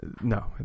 No